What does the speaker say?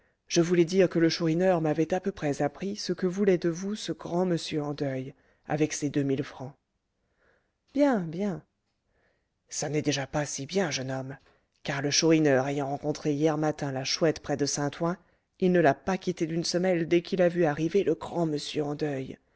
je voulais dire que le chourineur m'avait à peu près appris ce que voulait de vous ce grand monsieur en deuil avec ses deux mille francs bien bien ça n'est pas déjà si bien jeune homme car le chourineur ayant rencontré hier matin la chouette près de saint-ouen il ne l'a pas quittée d'une semelle dès qu'il a vu arriver le grand monsieur en deuil